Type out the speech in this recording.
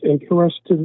interested